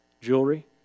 Jewelry